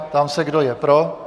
Ptám se, kdo je pro.